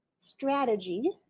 strategy